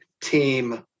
team